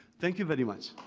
thank you very much.